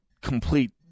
complete